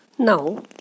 Now